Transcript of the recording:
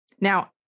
Now